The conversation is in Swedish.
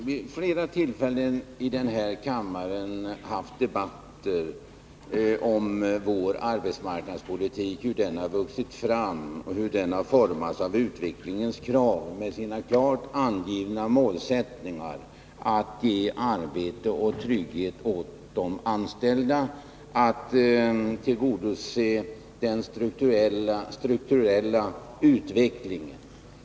Vid flera tillfällen har debatter förts i denna kammare om vår arbetsmarknadspolitik, om hur den har vuxit fram och hur den har formats av utvecklingens krav med dess klart angivna målsättningar att ge arbete och trygghet åt de anställda och att tillgodose kraven beträffande den strukturella utvecklingen.